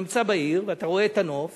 אתה נמצא בעיר, ואתה רואה את הנוף,